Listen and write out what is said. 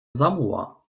samoa